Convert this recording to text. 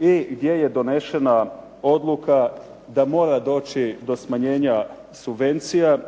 i gdje je donesena odluka da mora doći do smanjenja subvencija